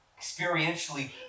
experientially